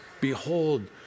behold